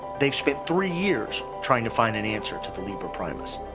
they've spent three years trying to find an answer to the libra primus,